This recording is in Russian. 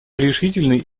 решительный